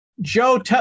Joe